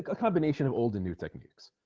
combination of old and new techniques